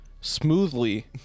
smoothly